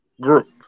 group